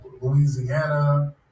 Louisiana